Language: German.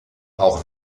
auch